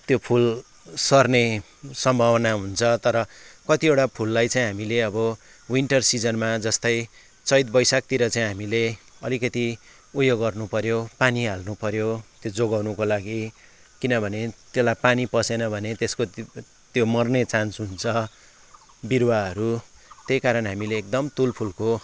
त्यो फुल सर्ने सम्भावना हुन्छ तर कतिवटा फुललाई चाहिँ हामीले अब विन्टर सिजनमा जस्तै चैत वैशाखतिर चाहिँ हामीले अलिकति उयो गर्नुपऱ्यो पानी हाल्नुपऱ्यो त्यो जोगाउनुको लागि किनभने त्यसलाई पानी पसेन भने त्यसको त्यो मर्ने चान्स हुन्छ बिरुवाहरू त्यही कारण हामीले एकदम तुलफुलको